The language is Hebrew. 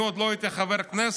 אני עוד לא הייתי חבר כנסת,